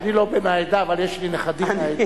אני לא בן העדה, אבל יש לי נכדים מהעדה.